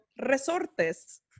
resortes